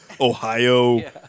Ohio